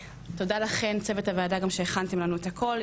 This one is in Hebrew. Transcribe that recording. ותודה לכן צוות הוועדה גם שהכנתן לנו את הכול,